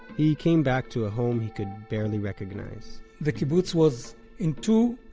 he came back to a home he could barely recognize the kibbutz was in two